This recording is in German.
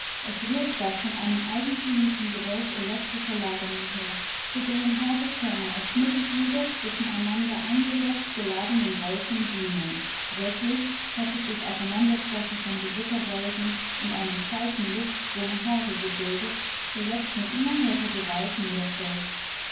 es rührt das von dem eigenthümlichen geräusche elektrischer entladungen her zu denen hagelkörner als mittelglieder zwischen einander eingesetzt geladenen wolken dienen wirklich hat sich durch aufeinandertreffen von gewitterwolken und einem kalten luftstrome hagel gebildet der jetzt mit unerhörter gewalt